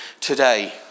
today